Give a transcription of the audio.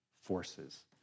forces